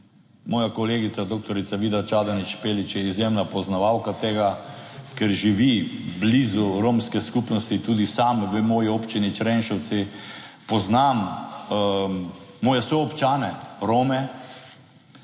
Moja kolegica doktorica Vida Čadonič Špelič je izjemna poznavalka tega, ker živi blizu romske skupnosti, tudi sam v moji občini Črenšovci poznam moje soobčane Rome.